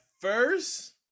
first